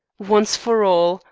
once for all,